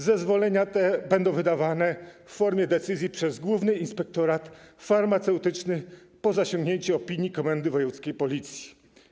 Zezwolenia te będą wydawane w formie decyzji przez Główny Inspektorat Farmaceutyczny po zasięgnięciu opinii komendy wojewódzkiej Policji.